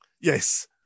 Yes